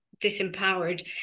disempowered